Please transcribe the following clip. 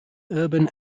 urban